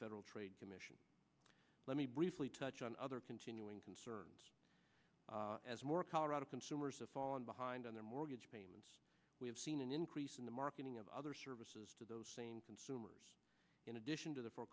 federal trade commission let me briefly touch on other continuing concerns as more colorado consumers of fallen behind on their mortgage payments we have seen an increase in the marketing of other services to those same consumers in addition to the for